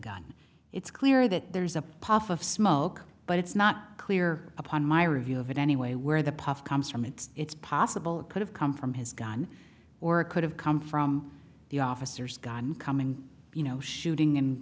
gun it's clear that there's a puff of smoke but it's not clear upon my review of it anyway where the puff comes from it's possible it could have come from his gun or could have come from the officers gun coming you know shooting